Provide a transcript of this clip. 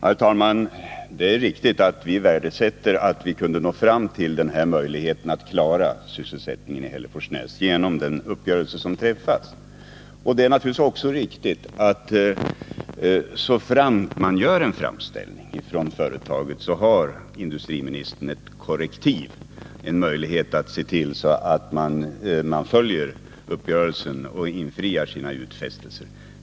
Herr talman! Det är riktigt att vi värdesätter att vi genom den uppgörelse som träffades kunde klara sysselsättningen i Hälleforsnäs. Det är naturligtvis också riktigt att industriministern har ett korrektiv till sitt förfogande, en möjlighet att se till att man infriar sina utfästelser, om företaget gör en framställning.